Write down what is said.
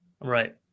Right